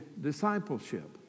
discipleship